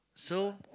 so